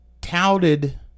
touted